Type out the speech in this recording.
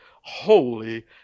holy